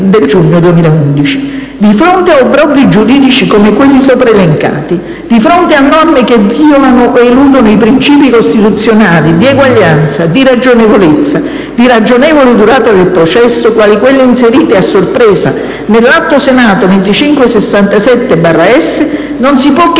del giugno 2011. Di fronte a obbrobri giuridici come quelli sopra elencati, di fronte a norme che violano ed eludono i principi costituzionali di eguaglianza, di ragionevolezza, di ragionevole durata del processo, quali quelle inserite a sorpresa nell'Atto Senato n. 2567, non si può che